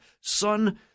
Son